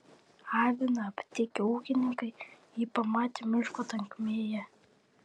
aviną aptikę ūkininkai jį pamatė miško tankmėje